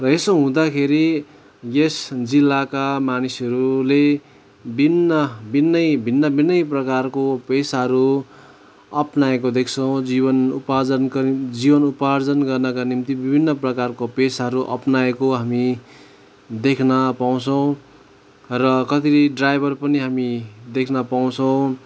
र यसो हुँदाखेरि यस जिल्लाका मानिसहरूले भिन्न भिन्नै भिन्न भिन्नै प्रकारको पेसाहरू अप्नाएको देख्छौँ जीवन उपार्जन गरी जीवन उपार्जन गर्नाको निम्ति विभिन्न प्रकारको पेसाहरू अप्नाएको हामी देख्नपाउँछौँ र कतिले ड्राइभर पनि हामी देख्नपाउँछौँ